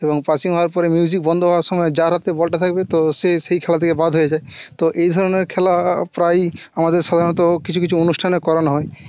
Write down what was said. এবং পাসিং হওয়ার পরে মিউজিক বন্ধ হওয়ার সময়ে যার হাতে বলটা থাকবে তো সে সেই খেলা থেকে বাদ হয়ে যায় তো এই ধরণের খেলা প্রায়ই আমাদের সাধারণত কিছু কিছু অনুষ্ঠানে করানো হয়